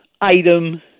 item